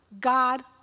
God